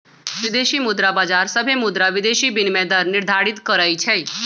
विदेशी मुद्रा बाजार सभे मुद्रा विदेशी विनिमय दर निर्धारित करई छई